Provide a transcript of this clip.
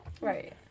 Right